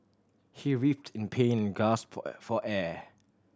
he writhed in pain and gasped for air